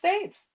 States